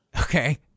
Okay